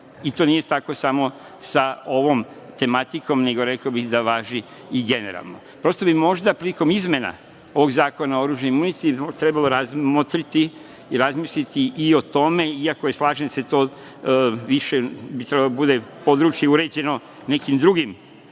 I to nije tako samo sa ovom tematikom, nego rekao bih da važi i generalno. Prosto bi možda prilikom izmena ovog Zakona o oružju i municiji trebalo razmotriti i razmisliti i o tome, iako je, slažem se, više bi trebalo da bude područje uređeno nekim drugim